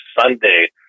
Sunday